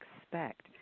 expect